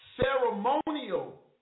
ceremonial